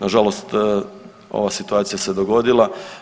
Na žalost ova situacija se dogodila.